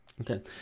okay